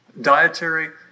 dietary